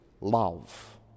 love